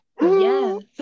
Yes